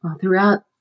Throughout